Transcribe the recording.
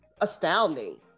astounding